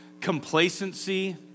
complacency